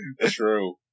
True